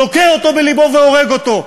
דוקר אותו בלבו והורג אותו.